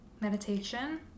Meditation